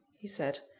he said,